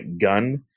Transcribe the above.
gun